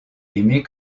l’aimer